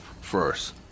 first